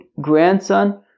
grandson